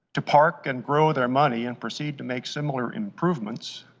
to park and grow their money and proceed to make similar improvements,